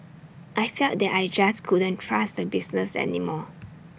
I felt that I just couldn't trust the business any more